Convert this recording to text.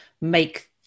make